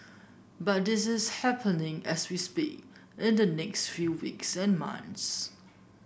but this is happening as we speak in the next few weeks and months